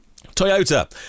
Toyota